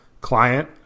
client